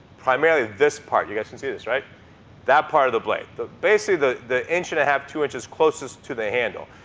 primarily this part you guys can see this, right that part of the blade. basically, the the inch and a half, two inches closest to the handle.